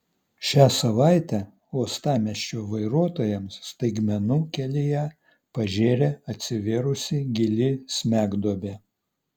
šią savaitę uostamiesčio vairuotojams staigmenų kelyje pažėrė atsivėrusi gili smegduobė